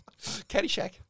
Caddyshack